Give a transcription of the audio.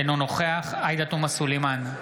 אינו נוכח עאידה תומא סלימאן,